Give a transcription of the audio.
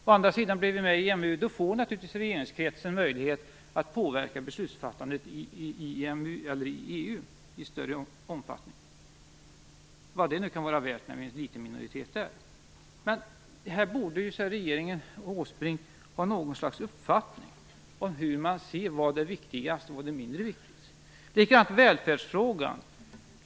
Å andra sidan får regeringskretsen då naturligtvis möjlighet att i större omfattning påverka beslutsfattandet i EMU och i EU - vad det nu kan vara värt, när vi är en liten minoritet där. Men här borde ju regeringen och Åsbrink ha något slags uppfattning om vad som är viktigast och vad som är mindre viktigt. Detsamma gäller välfärdsfrågan.